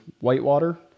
whitewater